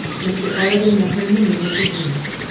mr arabin met her in the middle of the room.